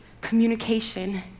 communication